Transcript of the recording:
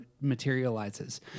materializes